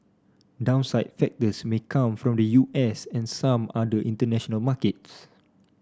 downside factors may come from the U S and some other international markets